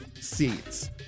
seats